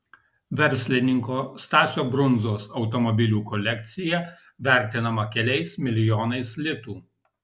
verslininko stasio brundzos automobilių kolekcija vertinama keliais milijonais litų